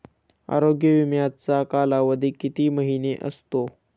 आरोग्य विमाचा कालावधी किती महिने असतो?